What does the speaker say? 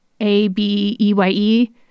A-B-E-Y-E